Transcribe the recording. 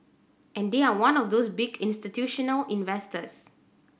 and they are one of those big institutional investors